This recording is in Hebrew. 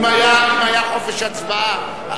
אם היה חופש הצבעה,